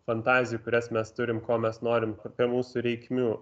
fantazijų kurias mes turim ko mes norim kokia mūsų reikmių